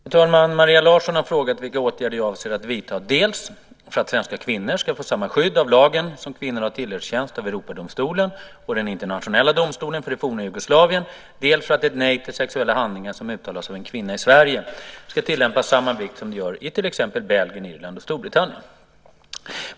Fru talman! Maria Larsson har frågat vilka åtgärder jag avser att vidta dels för att svenska kvinnor ska få samma skydd av lagen som kvinnor har tillerkänts av Europadomstolen och den internationella domstolen för det forna Jugoslavien, dels för att ett nej till sexuella handlingar som uttalas av en kvinna i Sverige ska tillmätas samma vikt som det gör i till exempel Belgien, Irland och Storbritannien.